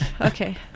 Okay